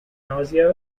nausea